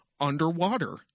underwater